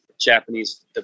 japanese